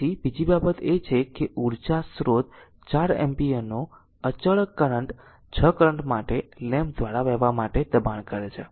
તેથી અને બીજી બાબત એ છે કે ઉર્જા સ્ત્રોત 4 એમ્પીયરનો અચળ કરંટ 6 સેકન્ડ માટે લેમ્પ દ્વારા વહેવા માટે દબાણ કરે છે